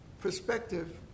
perspective